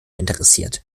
interessiert